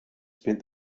spent